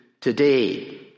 today